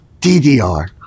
DDR